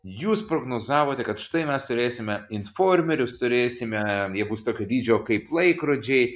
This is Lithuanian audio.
jūs prognozavote kad štai mes turėsime informerius turėsime jie bus tokio dydžio kaip laikrodžiai